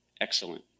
excellent